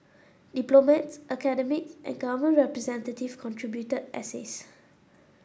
diplomats academic and government representative contributed essays